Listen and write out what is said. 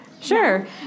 Sure